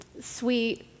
sweet